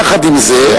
עם זה,